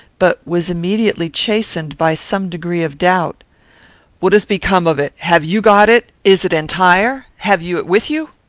but was immediately chastened by some degree of doubt what has become of it? have you got it? is it entire? have you it with you?